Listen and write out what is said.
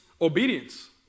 obedience